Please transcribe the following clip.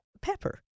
Pepper